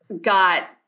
got